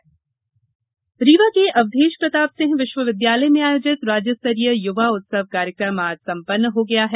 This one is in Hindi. युवा उत्सव रीवा के अवधेश प्रताप सिंह विश्वविद्यालय में आयोजित राज्य स्तरीय युवा उत्सव कार्यक्रम आज संपन्न हो गया है